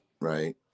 right